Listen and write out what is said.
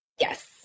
Yes